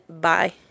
bye